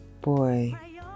boy